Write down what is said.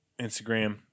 Instagram